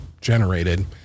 generated